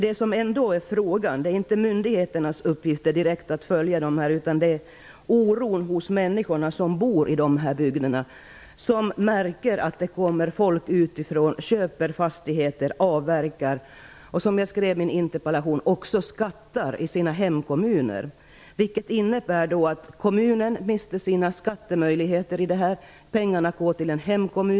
Det är inte myndigheternas uppgift att direkt följa detta. Människor som bor i dessa bygder känner oro. De märker att folk utifrån köper fastigheter, avverkar och, som jag skrev i in interpellation, skattar i sina hemkommuner. Det innebär att kommunen mister sina skattemöjligheter. Dessa pengar går till en hemkommun.